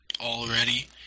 already